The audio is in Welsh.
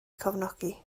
cefnogi